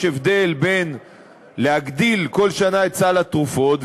הבדל בין להגדיל כל שנה את סל התרופות,